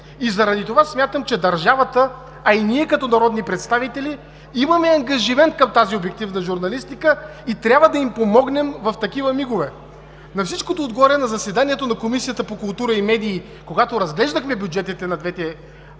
И заради това смятам, че държавата, а и ние, като народни представители, имаме ангажимент към тази обективна журналистика и трябва да им помогнем в такива мигове. На всичкото отгоре на заседанието на Комисията по култура и медии, когато разглеждахме бюджетите и на